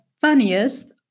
funniest